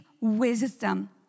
wisdom